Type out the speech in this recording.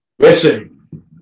Listen